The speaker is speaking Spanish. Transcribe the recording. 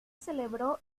celebró